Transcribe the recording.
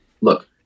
look